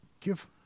give